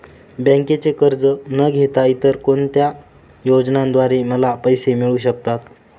बँकेचे कर्ज न घेता इतर कोणत्या योजनांद्वारे मला पैसे मिळू शकतात?